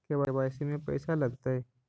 KYC में पैसा लगतै?